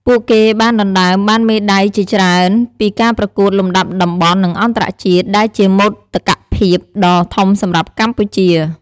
ពួកគេបានដណ្ដើមបានមេដាយជាច្រើនពីការប្រកួតលំដាប់តំបន់ និងអន្តរជាតិ ដែលជាមោទកភាពដ៏ធំសម្រាប់កម្ពុជា។